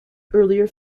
earlier